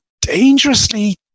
dangerously